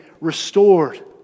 restored